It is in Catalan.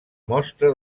mostra